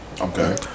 Okay